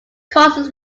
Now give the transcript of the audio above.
causes